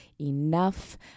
enough